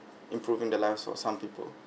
improving the lives of some people